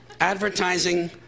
advertising